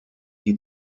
die